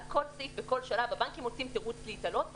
על כל סעיף וכל שלב הבנקים מוצאים תירוץ להיתלות בו,